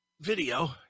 video